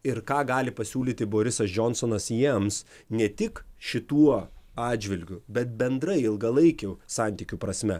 ir ką gali pasiūlyti borisas džonsonas jiems ne tik šituo atžvilgiu bet bendrai ilgalaikių santykių prasme